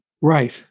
Right